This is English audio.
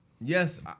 yes